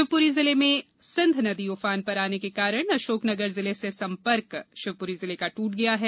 शिवपूरी जिले में सिंघ नदी उफान पर आने के कारण अशोकनगर जिले से शिवपुरी जिले का संपर्क दूट गया है